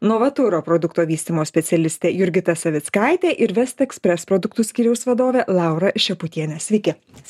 novaturo produkto vystymo specialistė jurgita savickaitė ir vestekspres produktų skyriaus vadovė laura šeputienė sveiki